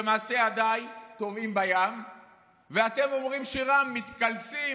שמעשה ידיי טובעים בים ואתם אומרים שירה, מתקלסים,